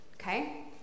Okay